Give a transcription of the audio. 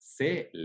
se